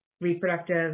reproductive